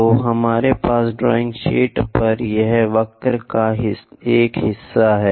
तो हमारे पास ड्राइंग शीट पर यहां वक्र का एक हिस्सा है